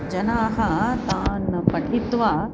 जनाः तान् पठित्वा